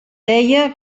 deia